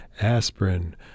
aspirin